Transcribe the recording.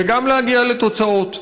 וגם להגיע לתוצאות.